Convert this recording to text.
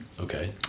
Okay